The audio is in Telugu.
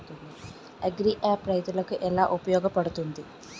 అగ్రియాప్ రైతులకి ఏలా ఉపయోగ పడుతుంది?